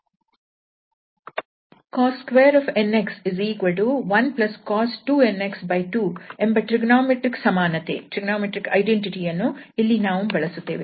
cos2 nx1cos 2nx2 ಎಂಬ trigonometric ಸಮಾನತೆ ಯನ್ನು ಇಲ್ಲಿ ನಾವು ಬಳಸುತ್ತೇವೆ